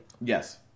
Yes